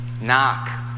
Knock